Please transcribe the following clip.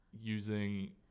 using